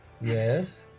Yes